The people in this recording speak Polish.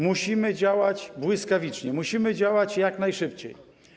Musimy działać błyskawicznie, musimy działać jak najszybciej.